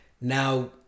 now